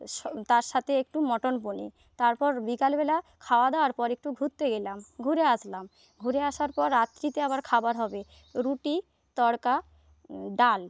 স তার সাথে একটু মটর পনীর তারপর বিকালবেলা খাওয়া দাওয়ার পর একটু ঘুরতে গেলাম ঘুরে আসলাম ঘুরে আসার পর রাত্রিতে আবার খাবার হবে রুটি তড়কা ডাল